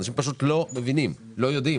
אנשים פשוט לא מבינים ולא יודעים